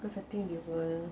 cause I think you will